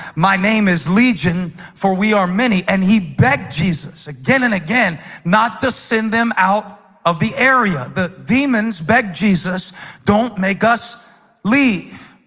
my name is legion for we are many and he begged jesus again and again not to send them out of the area the demons begged jesus don't make us leave,